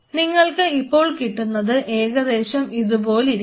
നിങ്ങൾക്ക് ഇപ്പോൾ കിട്ടുന്നത് ഏകദേശം ഇതുപോലെ ഇരിക്കും